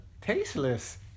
tasteless